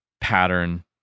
pattern